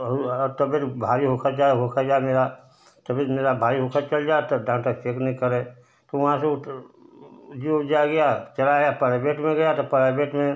और तबियत भारी होकर जाए होकर जाए मेरा तबियत मेरा भारी होकर चल जाए तब डाक्टर चेक नए करे तो वहाँ से उठ जो जा गया तो चला आया प्रायवेट में गया तो प्रायवेट में